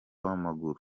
w’amaguru